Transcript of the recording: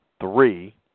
Three